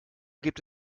gibt